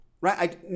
right